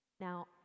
Now